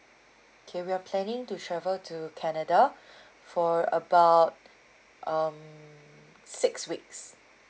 okay we are planning to travel to canada for about um six weeks